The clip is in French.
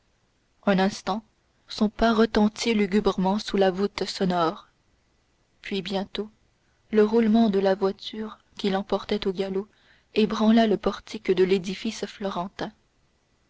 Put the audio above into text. un instant son pas retentit lugubrement sous la voûte sonore puis bientôt le roulement de la voiture qui l'emportait au galop ébranla le portique de l'édifice florentin